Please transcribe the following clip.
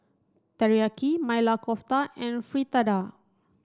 Teriyaki Maili Kofta and Fritada